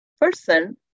person